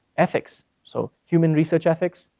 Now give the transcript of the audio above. ethics, so human research ethics,